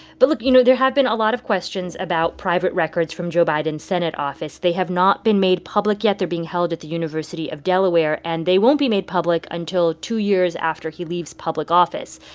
but, look you know, there have been a lot of questions about private records from joe biden's senate office. they have not been made public yet. they're being held at the university of delaware, and they won't be made public until two years after he leaves public office.